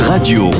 Radio